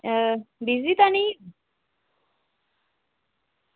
एह् बिज़ी तां निं